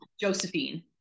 Josephine